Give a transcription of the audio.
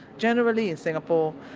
generally in singapore,